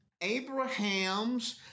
Abraham's